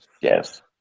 Yes